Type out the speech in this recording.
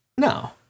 No